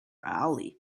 ali